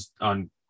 on